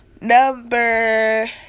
Number